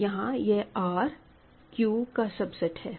यहां यह R Q का सब सेट है